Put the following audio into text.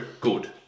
good